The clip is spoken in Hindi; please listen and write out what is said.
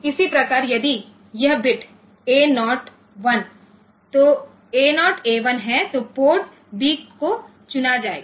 इसी प्रकार यदि यह बिट A 01 है तो A 0 1 है तो पोर्ट B को चुना जाएगा